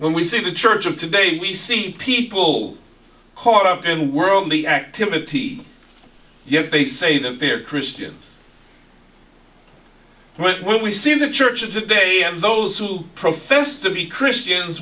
when we see the church of today and we see people caught up in worldly activity yet they say that they are christians when we see the church of the day and those who profess to be christians